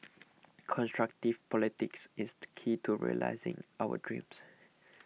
constructive politics is the key to realising our dreams